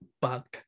bug